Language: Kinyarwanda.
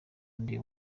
ndi